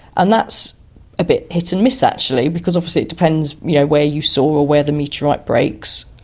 and that's a bit hit and miss actually because obviously it depends you know where you saw or where the meteorite breaks.